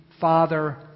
Father